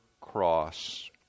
cross